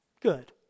Good